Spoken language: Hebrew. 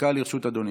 דקה לרשות אדוני.